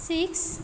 six